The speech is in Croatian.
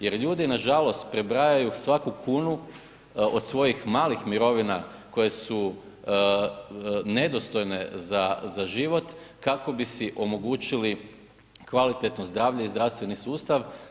Jer ljudi nažalost prebrajaju svaku kunu od svojih malih mirovina koje su nedostojne za život kako bi se omogućili kvalitetno zdravlje i zdravstveni sustav.